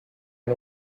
and